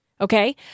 okay